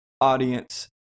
audience